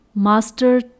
Master